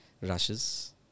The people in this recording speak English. rushes